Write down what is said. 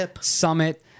Summit